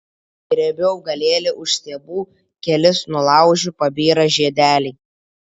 griebiu augalėlį už stiebų kelis nulaužiu pabyra žiedeliai